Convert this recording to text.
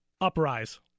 uprise